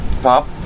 top